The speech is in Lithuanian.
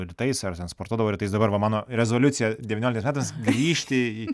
rytais ar ten sportuodavau rytais dabar va mano rezoliucija devynioliktais metams grįžti į